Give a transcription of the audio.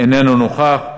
איננו נוכח,